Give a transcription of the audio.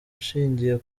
ushingiye